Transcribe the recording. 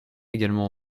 également